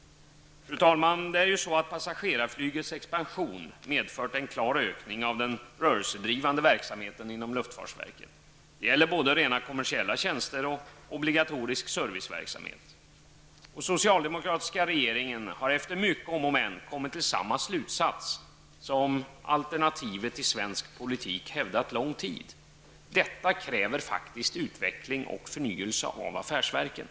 Fru talman! Passagerarflygets expansion har ju medfört en klar ökning av den rörelsedrivande verksamheten inom luftfartsverket. Det gäller både rent kommersiella tjänster och obligatorisk serviceverksamhet. Och den socialdemokratiska regeringen har efter mycket om och men kommit till samma slutsats som alternativet i svensk politik hävdat lång tid: Detta kräver faktiskt utveckling och förnyelse av affärsverken.